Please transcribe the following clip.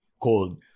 called